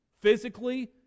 Physically